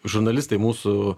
žurnalistai mūsų